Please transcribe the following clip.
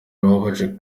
birababaje